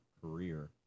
career